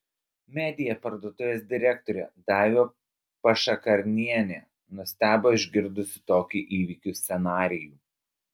media parduotuvės direktorė daiva pašakarnienė nustebo išgirdusi tokį įvykių scenarijų